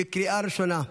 בקריאה ראשונה.